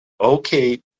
okay